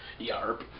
Yarp